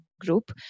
group